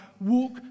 walk